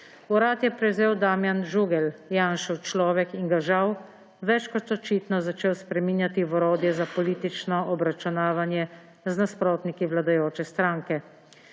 Urad je prevzel Damjan Žugelj, Janšev človek, in ga žal več kot očitno začel spreminjati v orodje za politično obračunavanje z nasprotniki vladajoče stranke.